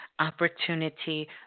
opportunity